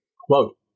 quote